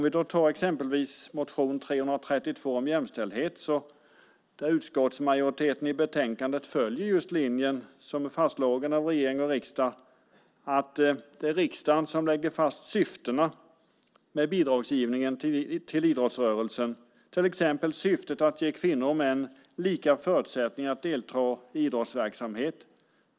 I exempelvis motion 332 om jämställdhet följer utskottsmajoriteten i betänkandet den linje som är fastslagen av regering och riksdag, nämligen att det är riksdagen som lägger fast syftena med bidragsgivningen till idrottsrörelsen, till exempel syftet att ge kvinnor och män lika förutsättningar att delta i idrottsverksamhet.